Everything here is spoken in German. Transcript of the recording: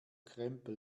krempel